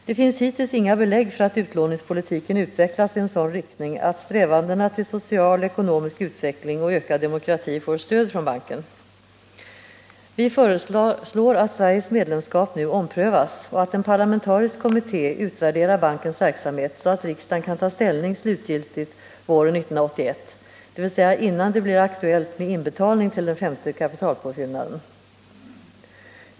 Det finns hittills inga belägg för att utlåningspolitiken utvecklas i en sådan riktning att strävandena till social och ekonomisk utveckling och ökad demokrati får stöd från banken. Vi föreslår att Sveriges medlemskap nu omprövas och att en parlamentarisk kommitté utvärderar bankens verksamhet, så att riksdagen kan ta ställning slutgiltigt våren 1981, dvs. innan det blir aktuellt med inbetalning till den femte kapitalpåfyllnaden.